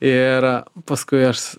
ir paskui aš